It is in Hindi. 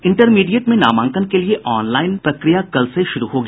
इंटरमीडिएट में नामांकन के लिए ऑन लाईन प्रक्रिया कल से शुरू होगी